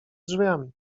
drzwiami